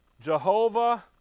Jehovah